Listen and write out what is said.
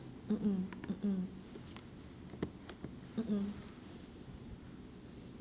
mm mm mm mm mm mm